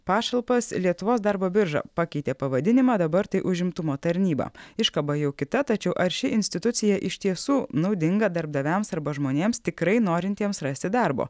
pašalpas lietuvos darbo birža pakeitė pavadinimą dabar tai užimtumo tarnyba iškaba jau kita tačiau ar ši institucija iš tiesų naudinga darbdaviams arba žmonėms tikrai norintiems rasti darbo